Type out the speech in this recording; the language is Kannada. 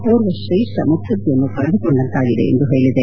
ಓರ್ವ ತ್ರೇಷ್ಠ ಮುತ್ಲದ್ದಿಯನ್ನು ಕಳೆದುಕೊಂಡಂತಾಗಿದೆ ಎಂದು ಹೇಳಿದೆ